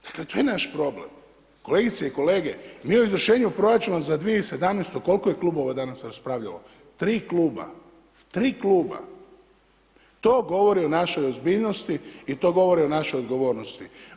Dakle, to je naš problem, kolegice i kolege mi o izvršenju proračuna za 2017. kolko je klubova danas raspravljalo, 3 kluba, 3 kluba, to govori o našoj ozbiljnosti i to govori o našoj odgovornosti.